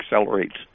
accelerates